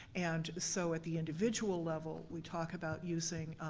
and so at the individual level, we talk about using